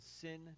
sin